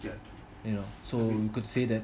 you know so you could say that